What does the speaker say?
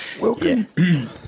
Welcome